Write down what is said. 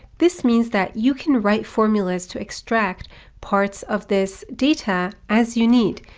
this means that you can write formulas to extract parts of this data as you need.